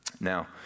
Now